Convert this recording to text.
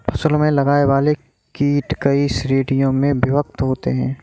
फसलों में लगने वाले कीट कई श्रेणियों में विभक्त होते हैं